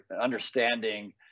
understanding